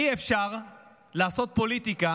אי-אפשר לעשות פוליטיקה